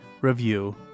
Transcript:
review